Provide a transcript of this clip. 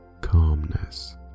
calmness